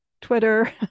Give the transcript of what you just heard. Twitter